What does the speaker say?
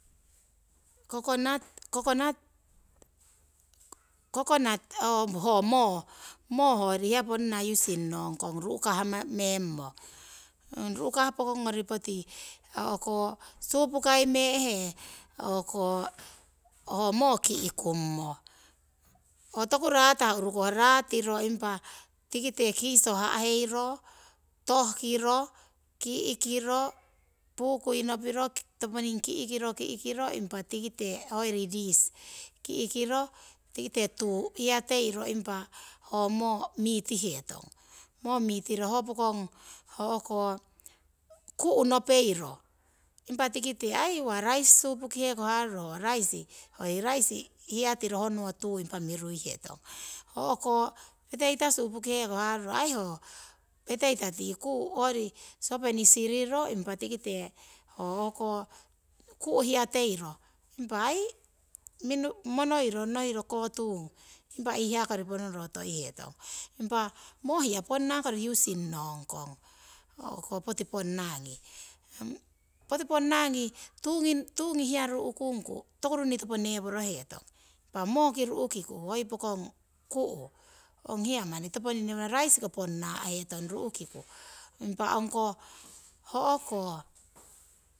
coconut ho moo, moo hoyori hiya ponna using ngongko ru'kahmemmo. Ru'kah pokongori poti o'ko supukai mee'he o'ko ho moo ki'kummo, ho toku ratah urukoh ratiro, impa tikite kiso ha'heiro, to'hkiro, ki'kiro pukui nopiro toponing ki'kiro, ki'kiro, impa tikite hoyori dish ki'kiro tikite tuu hiyateiro impa ho moo mitihetong. Moo mitiro ho pokong o'ko ku' nopeiro, impa tikite aii uwa raisi supukihe ko haruro ho raisi hoiri raisi hiyatiro honowo tuu impa miruihetong. O'ko petaita supukihe ko haruro aii ho peteita tii kuu hoiri sosopeni siriro impa tikite ho ku'hiyateiro impa aii minu monoiro nohiro kotung tii iihaa kori ponoro toihetong. Impa moo hiya ponnakori using ngongkong o'ko poti ponangi. Poti ponna ngi tuungi hiya ru'kungku toku runni topo neworohetong. Impah mooki ru'kiku hoi pokong ku' ong hiya manni toponing neworohetong, raisiko ponnahetong ru'kiku, impah ongko o'ko